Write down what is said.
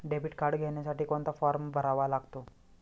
Debit card घेण्यासाठी कोणता form भरावा लागतो?